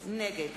נגד